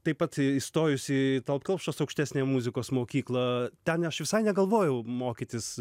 taip pat įstojus į tallat kelpšos aukštesniąją muzikos mokyklą ten aš visai negalvojau mokytis